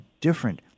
different